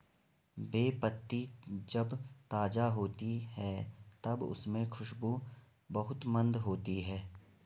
बे पत्ती जब ताज़ा होती है तब उसमे खुशबू बहुत मंद होती है